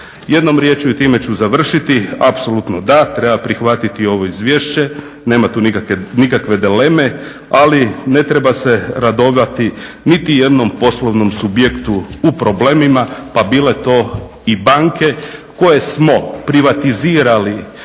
Jednom riječju i time ću završiti, apsolutno da, treba prihvatiti ovo izvješće, nema tu nikakve dileme ali ne treba se radovati niti jednom poslovnom subjektu u problemima pa bile to i banke koje smo privatizirali